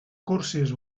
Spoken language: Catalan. cursis